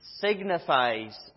signifies